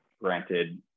granted